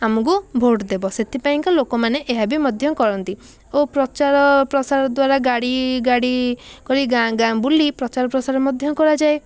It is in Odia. ଆମକୁ ଭୋଟ୍ ଦେବ ସେଥିପାଇଁ ଲୋକମାନେ ଏହା ମଧ୍ୟ କରନ୍ତି ଓ ପ୍ରଚାର ପ୍ରସାର ଦ୍ୱାରା ଗାଡ଼ି ଗାଡ଼ି କରି ଗାଁ ଗାଁ ବୁଲି ପ୍ରଚାର ପ୍ରସାର ମଧ୍ୟ କରାଯାଏ